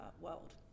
world